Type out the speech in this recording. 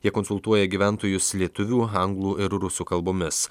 jie konsultuoja gyventojus lietuvių anglų ir rusų kalbomis